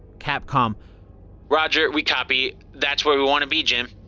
capcom roger we copy. that's where we want to be, jim.